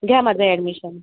घ्या माझं ऍडमिशन